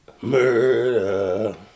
Murder